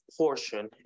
portion